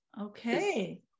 Okay